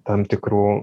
tam tikrų